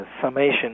summation